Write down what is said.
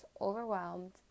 overwhelmed